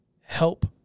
help